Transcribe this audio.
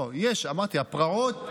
לא, יש, אמרתי, הפרעות,